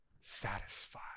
satisfied